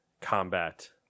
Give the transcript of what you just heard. combat